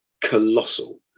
colossal